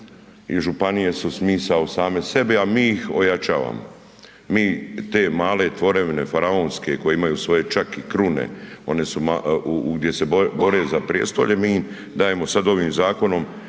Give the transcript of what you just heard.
i županije su smisao same sebi, a mi ih ojačavamo. Mi te male tvorevine faraonske koje ima svoje čak i krune, one su, gdje se bore za prijestolje mi im daje sad ovim zakonom